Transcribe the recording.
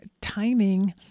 timing